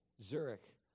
Zurich